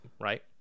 right